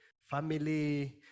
family